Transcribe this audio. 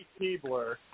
Keebler